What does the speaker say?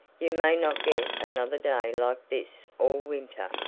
you may not get another day like this all winter.